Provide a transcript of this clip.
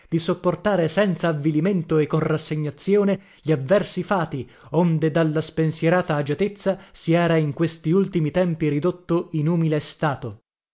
di sopportare senza avvilimento e con rassegnazione gli avversi fati onde dalla spensierata agiatezza si era in questi ultimi tempi ridotto in umile stato